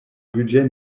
budget